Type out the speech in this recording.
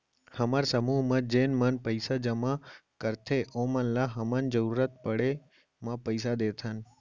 हमर समूह म जेन मन पइसा जमा करथे ओमन ल हमन जरूरत पड़े म पइसा देथन